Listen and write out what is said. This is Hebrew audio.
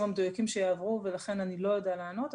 המדויקים שיעברו ולכן אני לא יודעת לענות.